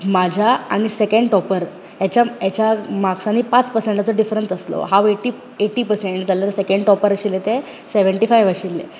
म्हाज्या आनी second topper हेच्या हेच्या मर्क्सानी पांच पर्सेन्टाचो डिफरन्ट आसलो हांव एटी एटी पर्सेन्ट जाल्ल्यार सॅकंड टॉपर आशिल्ले ते सेवन्टी फाइव आशिल्ले